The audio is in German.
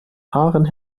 haaren